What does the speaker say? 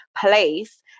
place